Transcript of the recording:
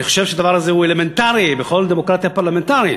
אני חושב שהדבר הזה הוא אלמנטרי בכל דמוקרטיה פרלמנטרית.